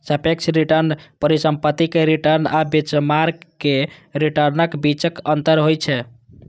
सापेक्ष रिटर्न परिसंपत्ति के रिटर्न आ बेंचमार्क के रिटर्नक बीचक अंतर होइ छै